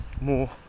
more